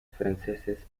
franceses